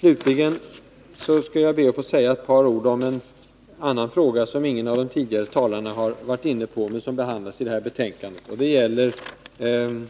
Slutligen skall jag be att få säga några ord om en annan fråga, som ingen av de tidigare talarna har varit inne på men som behandlas i det här betänkandet, nämligen